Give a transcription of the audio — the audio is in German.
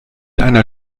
einer